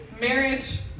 Marriage